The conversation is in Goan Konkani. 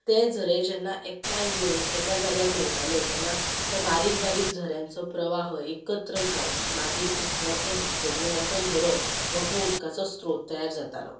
ते झरे जेन्ना एकटांय येवन एका जाग्यार मेळटाले तेन्ना ते बारीक बारीक झऱ्यांचो प्रवाह एकत्र जावन मागीर एक मोठो धबध म्हणजे मोठो झरो मोठो उदकाचो स्त्रोत तयार जातालो